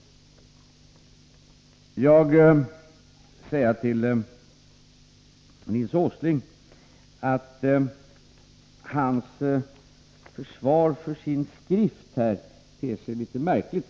Jag vill säga till Nils Åsling att hans försvar för sin skrift ter sig litet märkligt.